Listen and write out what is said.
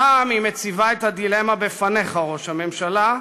הפעם היא מציבה את הדילמה בפניך, ראש הממשלה,